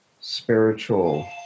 spiritual